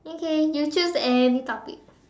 okay you choose any topic